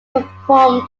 performed